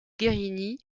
guerini